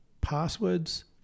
passwords